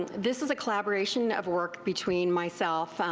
this is a collaboration of work between myself,